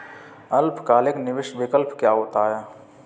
अल्पकालिक निवेश विकल्प क्या होता है?